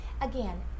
Again